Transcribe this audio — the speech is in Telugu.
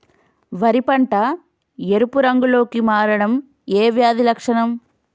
వరి పంట ఎరుపు రంగు లో కి మారడం ఏ వ్యాధి లక్షణం?